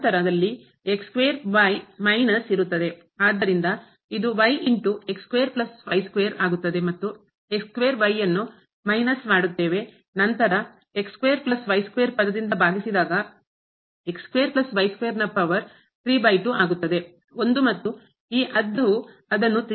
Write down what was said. ಆದ್ದರಿಂದ ಇದು ಮತ್ತು ಮೈನಸ್ ಮಾಡುತ್ತೇವೆ ನಂತರ ಪದದಿಂದ ಭಾಗಿಸಿದಾಗ ನ ಪವರು ಆಗುತ್ತದೆ 1 ಮತ್ತು ಈ ಅರ್ಧವು ಅದನ್ನು